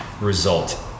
result